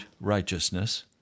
righteousness